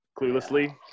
cluelessly